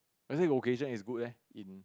as it location is good leh in